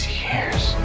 years